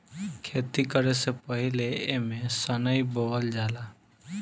खेती करे से पहिले एमे सनइ बोअल जाला